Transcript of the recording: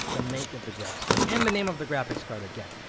the make of the graphics card, and the name of the graphics card again.